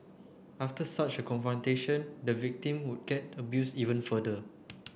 after such a confrontation the victim would get abuse even further